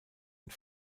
und